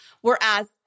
Whereas